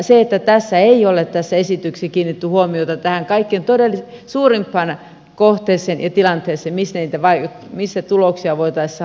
tässä esityksessä ei ole kiinnitetty huomiota tähän kaikkein suurimpaan kohteeseen ja tilanteeseen missä tuloksia voitaisiin saada aikaiseksi